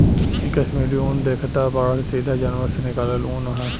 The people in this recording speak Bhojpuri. इ कश्मीरी उन देखतऽ बाड़ऽ सीधा जानवर से निकालल ऊँन ह